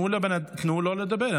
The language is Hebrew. תנו לו לדבר.